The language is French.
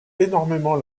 énormément